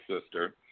sister